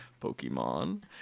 Pokemon